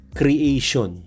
creation